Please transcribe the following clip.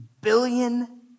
billion